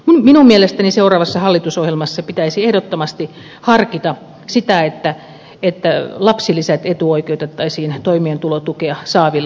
minun mielestäni seuraavassa hallitusohjelmassa pitäisi ehdottomasti harkita sitä että lapsilisät etuoikeutettaisiin toimeentulotukea saavilla